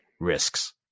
risks